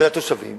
ולתושבים